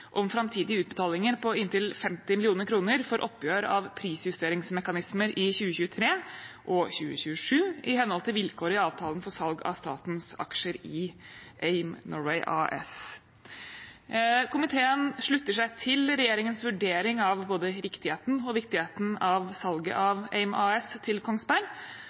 om framtidige utbetalinger på inntil 50 mill. kr for oppgjør av prisjusteringsmekanismer i 2023 og 2027 i henhold til vilkår i avtalen for salg av statens aksjer i AIM Norway AS. Komiteen slutter seg til regjeringens vurdering av både riktigheten og viktigheten av salget av AIM Norway AS til Kongsberg